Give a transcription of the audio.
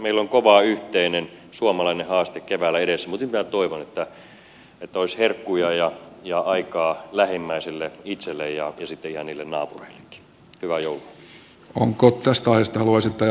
meillä on kova yhteinen suomalainen haaste keväällä edessä mutta nyt minä toivon että olisi herkkuja ja aikaa lähimmäisille itselle ja sitten ihan niille naapureillekin